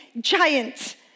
giant